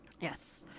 Yes